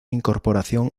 incorporación